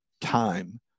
time